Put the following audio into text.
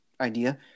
idea